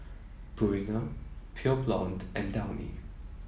Purina Pure Blonde and Downy